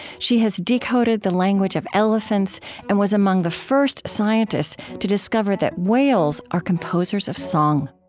she has decoded the language of elephants and was among the first scientists to discover that whales are composers of song